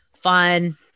fun